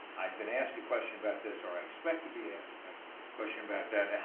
i've been asked a question about this or i expect to be asked a but question about that,